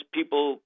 people